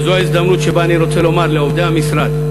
וזו ההזדמנות שבה אני רוצה לומר לעובדי המשרד,